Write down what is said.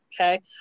Okay